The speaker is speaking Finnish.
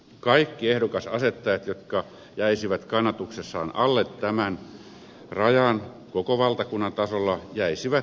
kaikki ehdokasasettajat jotka jäisivät kannatuksessaan alle tämän rajan koko valtakunnan tasolla jäisivät vaille edustajanpaikkoja